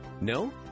No